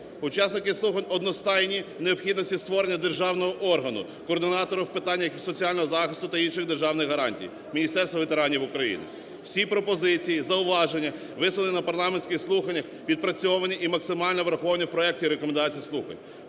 Учасники слухань одностайні у необхідності створення державного органу, координатора в питаннях соціального захисту та інших державних гарантій, міністерство ветеранів України. Всі пропозиції, зауваження, висловлені на парламентських слухань, відпрацьовані і максимально враховані в проекті рекомендацій слухань.